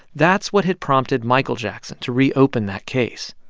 that's what had prompted michael jackson to reopen that case.